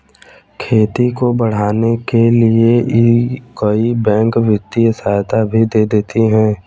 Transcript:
खेती को बढ़ाने के लिए कई बैंक वित्तीय सहायता भी देती है